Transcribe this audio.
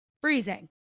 freezing